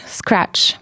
scratch